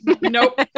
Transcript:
Nope